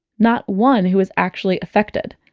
not one who was actually affected